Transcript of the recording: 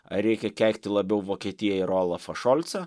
ar reikia keikti labiau vokietiją ir olafą šolcą